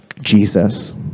Jesus